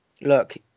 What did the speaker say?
look